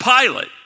Pilate